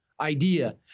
idea